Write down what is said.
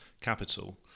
capital